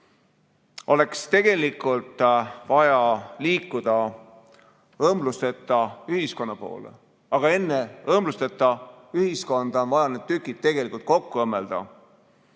oleks vaja liikuda õmblusteta ühiskonna poole. Aga enne õmblusteta ühiskonda on vaja need tükid tegelikult kokku õmmelda,